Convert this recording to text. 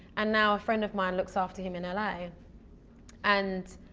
and now a friend of mine looks after him in like and